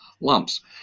lumps